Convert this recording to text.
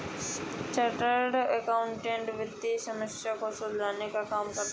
chartered accountant वित्तीय समस्या को सुलझाने का काम करता है